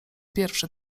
pierwszy